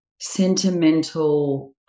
sentimental